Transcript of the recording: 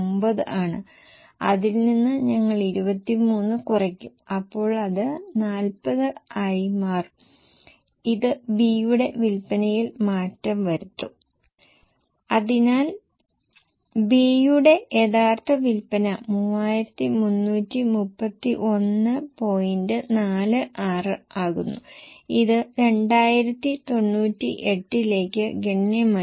15 ആണ് കാരണം ഇത് ഏത് സാഹചര്യത്തിലും 15 ശതമാനം വർദ്ധിക്കും ജീവനക്കാരുടെ ഫിക്സഡ് ഭാഗത്തിന്റെ കാര്യത്തിലായാലും രണ്ട് കേസുകളിലും ഇത് 15 ശതമാനം വർദ്ധനവാണ്